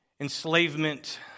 enslavement